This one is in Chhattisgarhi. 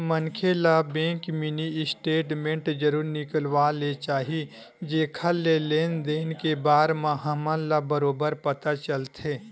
मनखे ल बेंक मिनी स्टेटमेंट जरूर निकलवा ले चाही जेखर ले लेन देन के बार म हमन ल बरोबर पता चलथे